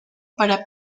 para